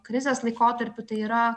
krizės laikotarpiu tai yra